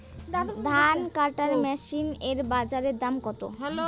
ধান কাটার মেশিন এর বাজারে দাম কতো?